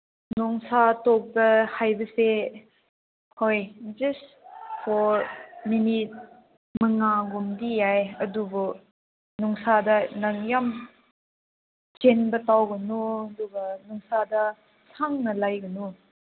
ꯅꯨꯡꯁꯥ ꯊꯣꯛꯄ ꯍꯥꯏꯕꯁꯦ ꯍꯣꯏ ꯖꯁ ꯐꯣꯔ ꯃꯤꯅꯤꯠ ꯃꯉꯥꯒꯨꯝꯗꯤ ꯌꯥꯏ ꯑꯗꯨꯕꯨ ꯅꯨꯡꯁꯥꯗ ꯅꯪ ꯌꯥꯝ ꯆꯦꯟꯕ ꯇꯧꯒꯅꯨ ꯑꯗꯨꯒ ꯅꯨꯡꯁꯥꯗ ꯈꯪꯅ ꯂꯩꯒꯅꯤ